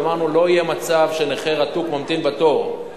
ואמרנו: לא יהיה מצב שנכה רתוק ממתין בתור,